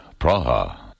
Praha